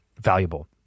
valuable